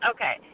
Okay